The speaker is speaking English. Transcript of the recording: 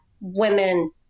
women